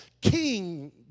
king